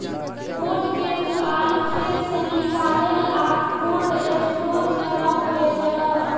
code के तू आलू खेत से निकालेलऽ आ कोल्ड स्टोर में रख डेवेलऽ